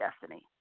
destiny